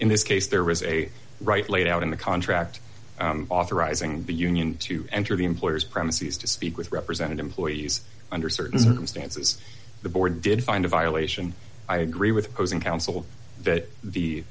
in this case there was a right laid out in the contract authorizing the union to enter the employer's premises to speak with represented employees under certain circumstances the board did find a violation i agree with those in council that the